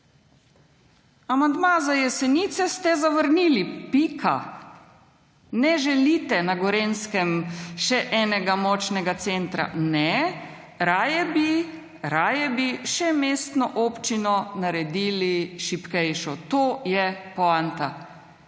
Amandma za Jesenice ste zavrnili. Pika. Ne želite na Gorenjskem še enega močnega centra. Ne. Raje bi, raje bi še mestno občino naredili šibkejšo. To je poanta.